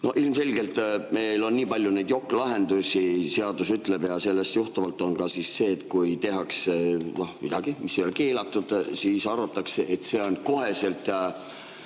Ilmselgelt on meil palju neid jokk-lahendusi. Seadus ütleb ja sellest johtuvalt on ka nii, et kui tehakse midagi, mis ei ole keelatud, siis arvatakse, et see on koheselt